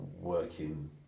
working